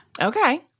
Okay